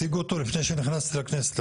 הציגו אותו לפני שנכנסתי לכנסת.